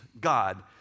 God